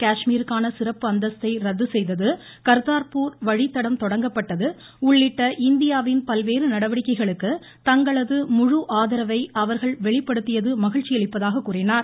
காஷ்மீருக்கான சிறப்பு அந்தஸ்த்தை ரத்து செய்தது கர்த்தார்பூர் வழித்தடம் தொடங்கப்பட்டது உள்ளிட்ட இந்தியாவின் பல்வேறு நடவடிக்கைகளுக்கு தங்களது முழு ஆதரவை அவர்கள் வெளிப்படுத்தியது மகிழ்ச்சியளிப்பதாக கூறினார்